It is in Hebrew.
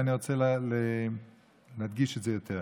ואני רוצה להדגיש את זה עוד יותר,